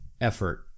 effort